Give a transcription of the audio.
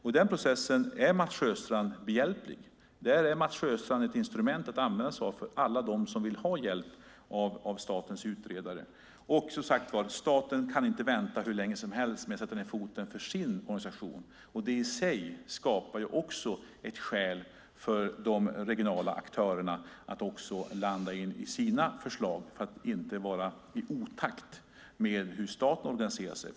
I den processen är Mats Sjöstrand behjälplig. Där är Mats Sjöstrand ett instrument för alla dem som vill ha hjälp av statens utredare. Staten kan inte vänta hur länge som helst med att sätta ned foten för sin organisation. Det i sig skapar ett skäl för de regionala aktörerna att landa i sina förslag för att inte komma i otakt med hur staten organiserar sig.